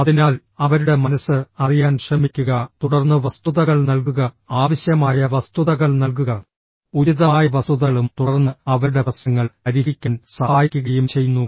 അതിനാൽ അവരുടെ മനസ്സ് അറിയാൻ ശ്രമിക്കുക തുടർന്ന് വസ്തുതകൾ നൽകുക ആവശ്യമായ വസ്തുതകൾ നൽകുക ഉചിതമായ വസ്തുതകളും തുടർന്ന് അവരുടെ പ്രശ്നങ്ങൾ പരിഹരിക്കാൻ സഹായിക്കുകയും ചെയ്യുന്നു